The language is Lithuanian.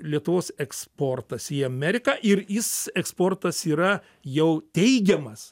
lietuvos eksportas į ameriką ir jis eksportas yra jau teigiamas